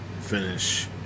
finish